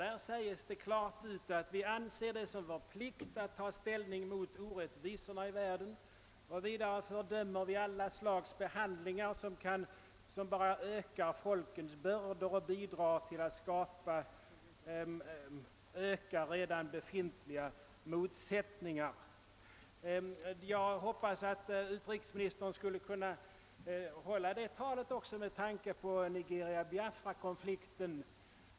Där sades det klart ut unge fär följande: Vi anser det som vår plikt att ta ställning mot orättvisorna i världen, och vi fördömer alla slags handlingar som ökar folkens bördor och bidrar till att öka redan befintliga motsättningar. Jag hoppades att utrikesministern skulle kunna hålla det talet också när det gäller Nigeria—Biafrakonflikten.